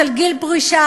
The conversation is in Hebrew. של גיל פרישה,